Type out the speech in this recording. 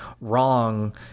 wrong